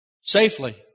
safely